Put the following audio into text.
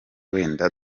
wenda